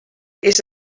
ist